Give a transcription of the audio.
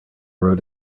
road